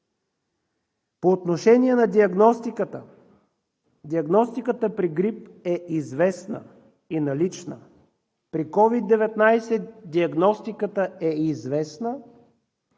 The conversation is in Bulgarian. По отношение на диагностиката. Диагностиката при грип е известна и налична. При COVID-19 диагностиката е известна